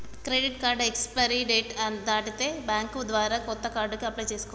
credit card expiry date ని దాటిపోతే bank ద్వారా కొత్త కార్డుకి అప్లై చేసుకోవాలే